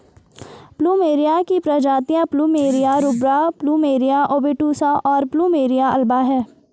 plumeria की प्रजातियाँ plumeria rubra, plumeria obtusa, और प्लुमेरिया अल्बा हैं